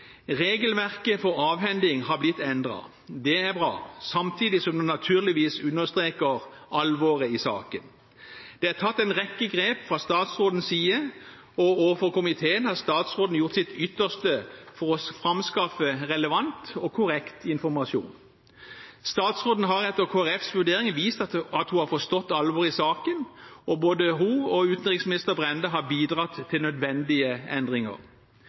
Regelverket for avhending har blitt endret. Det er bra, samtidig som det naturligvis understreker alvoret i saken. Det er tatt en rekke grep fra statsrådens side, og overfor komiteen har statsråden gjort sitt ytterste for å framskaffe relevant og korrekt informasjon. Statsråden har etter Kristelig Folkepartis vurdering vist at hun har forstått alvoret i saken, og både hun og utenriksminister Brende har bidratt til nødvendige endringer.